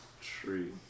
tree